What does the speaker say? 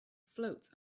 floats